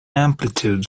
amplitude